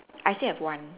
I still have one